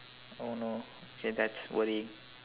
oh no k that's worrying